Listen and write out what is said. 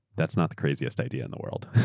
thatas not the craziest idea in the world